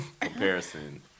comparison